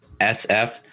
sf